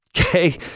okay